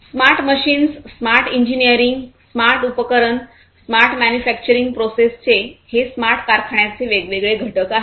smart machines smart engineering smart उपकरण smart manufacturing प्रोसेसचे हे स्मार्ट कारखान्याचे वेगवेगळे घटक आहेत